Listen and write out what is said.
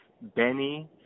Benny